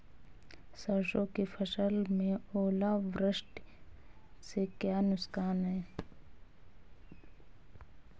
सरसों की फसल में ओलावृष्टि से क्या नुकसान है?